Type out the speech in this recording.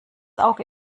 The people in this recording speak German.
auge